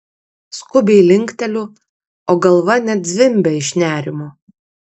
skubiai linkteliu o galva net zvimbia iš nerimo